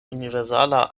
universala